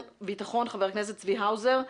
חבר הכנסת צבי האוזר,